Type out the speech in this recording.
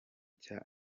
cya